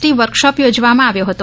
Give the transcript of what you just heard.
T workshop યોજવામાં આવ્યો હતો